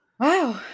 Wow